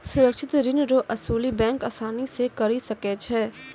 सुरक्षित ऋण रो असुली बैंक आसानी से करी सकै छै